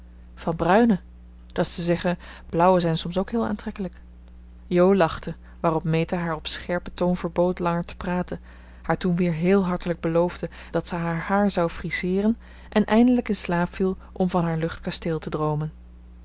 van bruine dat is te zeggen blauwe zijn soms ook heel aantrekkelijk jo lachte waarop meta haar op scherpen toon verbood langer te praten haar toen weer heel hartelijk beloofde dat ze haar haar zou friseeren en eindelijk in slaap viel om van haar luchtkasteel te droomen